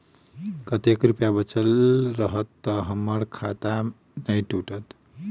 कतेक रुपया बचल रहत तऽ हम्मर खाता नै टूटत?